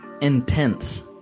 intense